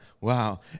wow